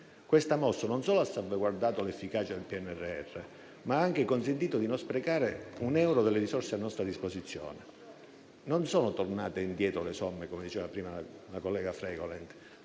Questa mossa non solo ha salvaguardato l'efficacia del PNRR, ma ha anche consentito di non sprecare un euro delle risorse a nostra disposizione. Le somme non sono tornate indietro - come diceva la collega Fregolent